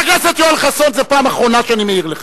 חבר הכנסת יואל חסון, זו פעם אחרונה שאני מעיר לך.